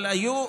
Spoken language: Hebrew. אבל היו,